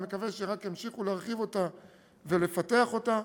אני מקווה שרק ימשיכו להרחיב אותה ולפתח אותה.